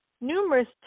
numerous